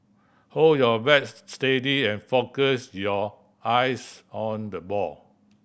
hold your bat steady and focus your eyes on the ball